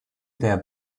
der